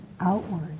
outward